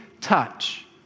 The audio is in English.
touch